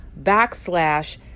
backslash